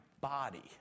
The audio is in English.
body